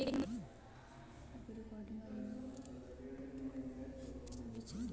उर्वरक फसल वृद्धि में किस प्रकार सहायक होते हैं?